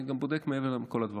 אני גם בודק מעבר את כל הדברים.